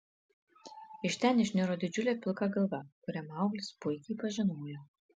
iš ten išniro didžiulė pilka galva kurią mauglis puikiai pažinojo